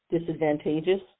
disadvantageous